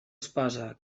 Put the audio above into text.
esposa